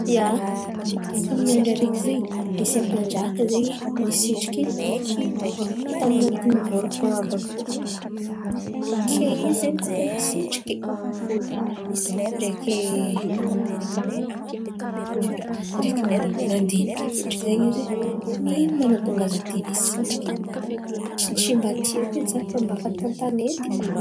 Ia, tamin’ny andra areky zen̈y, nisy ampanjaka zen̈y nisitriky tan̈atiny vôlaka àby io. Kay izy zen̈y koa fa nisitriky, ndreky ndreky nandiniky kendriky zen̈y izy, nino ma natonga za ty nisitriky? Tsy mba tiako za fa ta tanety.